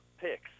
picks